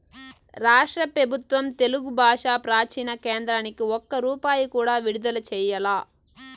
రాష్ట్ర పెబుత్వం తెలుగు బాషా ప్రాచీన కేంద్రానికి ఒక్క రూపాయి కూడా విడుదల చెయ్యలా